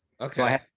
okay